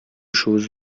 chose